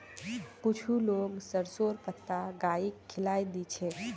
कुछू लोग सरसोंर पत्ता गाइक खिलइ दी छेक